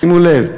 שימו לב: